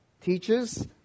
teaches